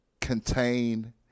contain